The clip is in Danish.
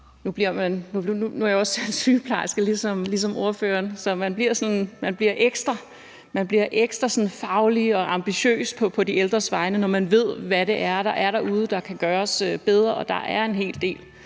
Nu er jeg også selv sygeplejerske ligesom ordføreren, så man bliver ekstra faglig og ambitiøs på de ældres vegne, når man ved, hvad det er derude, der kan gøres bedre. Og der er en hel del.